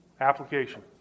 Application